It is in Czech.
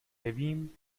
nevím